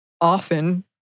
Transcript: often